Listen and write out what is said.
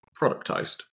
productized